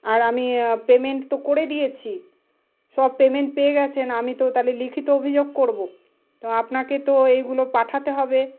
আর আমি পেমেন্ট তো করে দিয়েছি সব পেমেন্ট পেয়ে গেছেন আমি তো তাহলে লিখিত অভিযোগ করবো তো আপনাকে তো এইগুলো পাঠাতে হবে